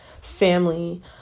family